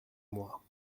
moi